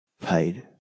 paid